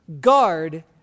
guard